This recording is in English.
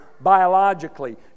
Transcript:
biologically